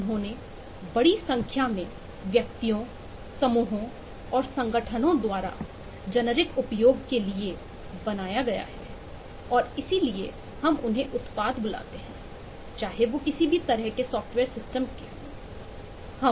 उन्हें बड़ी संख्या में व्यक्तियों समूहों और संगठनों द्वारा जेनेरिक उपयोग के लिए बनाया गया है और इसलिए हम उन्हें उत्पाद बुलाते हैं चाहे वे किसी भी तरह के सॉफ्टवेयर सिस्टम के हों